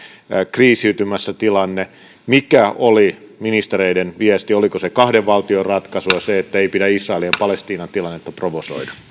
tilanne on kriisiytymässä mikä oli ministereiden viesti oliko se kahden valtion ratkaisu se ettei pidä israelin ja palestiinan tilannetta provosoida